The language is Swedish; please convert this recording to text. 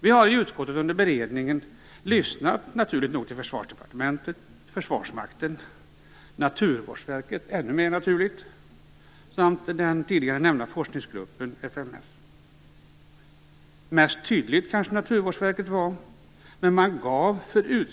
Vi har i utskottet under beredningen naturligtvis lyssnat på Försvarsdepartementet, Försvarsmakten, Naturvårdsverket - ännu mer naturligt - samt den tidigare nämnda forskningsgruppen fms. Naturvårdsverket var kanske mest tydligt.